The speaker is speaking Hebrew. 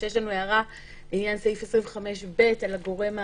שיש לנו הערה לעניין סעיף 25(ב) על הגורם העיקרי.